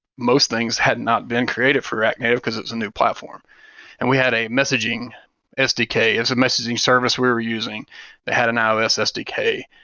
most things had not been created for react native, because it was a new platform and we had a messaging sdk as a messaging service where we're using they had an ios sdk,